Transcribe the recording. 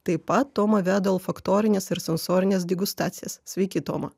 taip pat toma veda olfaktorines ir sensorines degustacijas sveiki toma